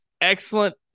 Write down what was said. excellent